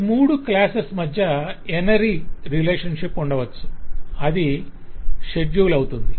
ఈ మూడు క్లాసెస్ మధ్య ఎన్ అరీ రిలేషన్షిప్ ఉండవచ్చు అది షెడ్యూల్ అవుతుంది